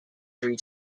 three